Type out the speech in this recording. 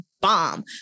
bomb